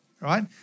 right